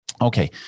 okay